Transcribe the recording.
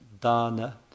dana